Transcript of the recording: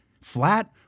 Flat